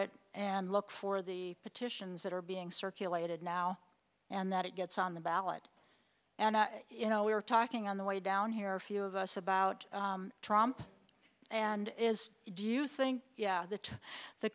it and look for the petitions that are being circulated now and that it gets on the ballot and you know we're talking on the way down here a few of us about trump and is it do you think yeah that the